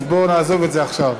אז בוא נעזוב את זה עכשיו.